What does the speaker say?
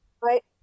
right